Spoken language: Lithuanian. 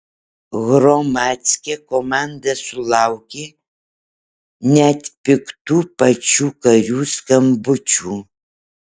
hromadske komanda sulaukė net piktų pačių karių skambučių